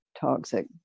toxic